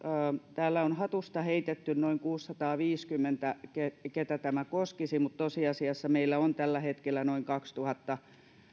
täällä on hatusta heitetty noin kuusisataaviisikymmentä keitä tämä koskisi mutta tosiasiassa meillä on tällä hetkellä noin kaksituhatta